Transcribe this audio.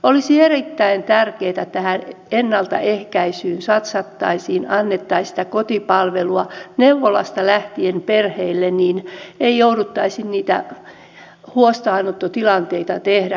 olisi erittäin tärkeätä että tähän ennaltaehkäisyyn satsattaisiin annettaisiin sitä kotipalvelua neuvolasta lähtien perheille niin ei jouduttaisi niitä huostaanottoja tekemään